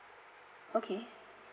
okay